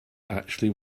actually